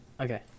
okay